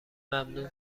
ممنون